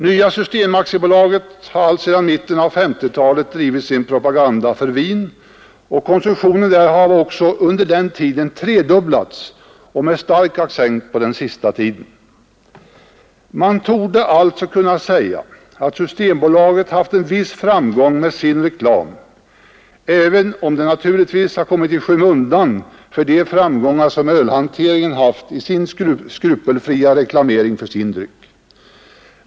Nya systembolaget har alltsedan mitten av 1950-talet drivit sin propaganda för vin, och konsumtionen därav har under den tiden tredubblats med stark accent på den senaste tiden. Man torde alltså kunna säga att Systembolaget haft en viss framgång med sin reklam, även om den naturligtvis har kommit i skymundan för de framgångar som ölhanteringen har haft i sin skrupelfria reklam för sin dryck.